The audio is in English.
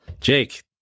Jake